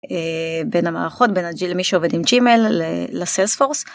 בין המערכות בנג'י למי שעובד עם ג'ימל לסלספורס.